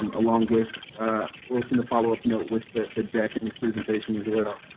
um along with we'll send a follow-up note with the the deck and this presentation as but